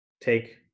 take